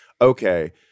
okay